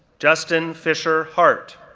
justin fisher hart,